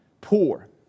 poor